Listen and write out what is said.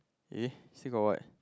eh still got what